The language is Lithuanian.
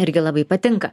irgi labai patinka